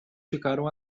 ficaram